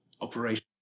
operation